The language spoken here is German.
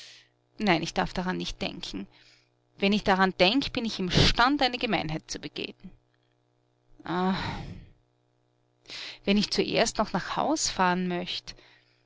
nein ich darf daran nicht denken wenn ich daran denk bin ich imstand eine gemeinheit zu begehen ah wenn ich zuerst noch nach haus fahren möcht